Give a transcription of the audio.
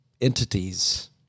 entities